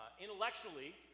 Intellectually